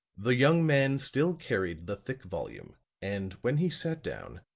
the young man still carried the thick volume and, when he sat down,